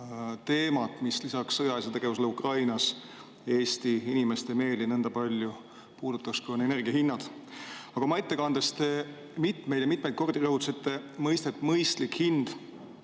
teemat, mis peale sõjalise tegevuse Ukrainas Eesti inimeste meeli nõnda palju puudutaks kui energiahinnad. Aga oma ettekandes te mitmeid ja mitmeid kordi rõhutasite mõistet "mõistlik hind".